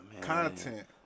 content